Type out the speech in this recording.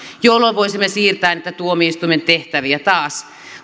tällöin voisimme siirtää niitä tuomioistuimen tehtäviä taas